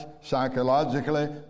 psychologically